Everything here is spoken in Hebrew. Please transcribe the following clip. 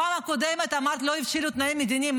בפעם הקודמת אמרת שלא הבשילו תנאים מדיניים.